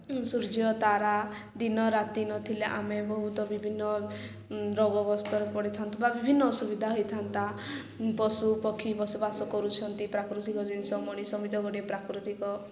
ସୂର୍ଯ୍ୟ ତାରା ଦିନ ରାତି ନଥିଲେ ଆମେ ବହୁତ ବିଭିନ୍ନ ରୋଗଗ୍ରସ୍ତରେ ପଡ଼ିଥାନ୍ତୁ ବା ବିଭିନ୍ନ ଅସୁବିଧା ହୋଇଥାନ୍ତା ପଶୁ ପକ୍ଷୀ ବସବାସ କରୁଛନ୍ତି ପ୍ରାକୃତିକ ଜିନିଷ ମଣିଷ ବି ତ ଗୋଟିଏ ପ୍ରାକୃତିକ